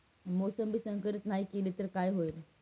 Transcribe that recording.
मोसंबी संकरित नाही केली तर काय होईल?